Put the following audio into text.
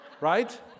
Right